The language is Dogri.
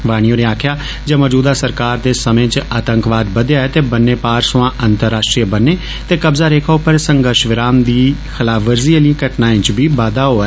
वाणी होरें आक्खेआ जे मौजूदा सरकार दे समें च आतंकवाद बदेआ ऐ ते बन्नै पारां सोयां अंतर्राश्ट्रीय बन्नै ते कब्जा रेखा उप्पर संघर्शविराम दी खिलाफवर्जी दियें घटनाएं च बी बाद्दा होआ